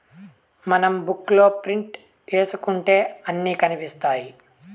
మనం బుక్ లో ప్రింట్ ఏసుకుంటే అన్ని కనిపిత్తాయి